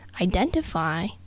identify